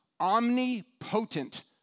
omnipotent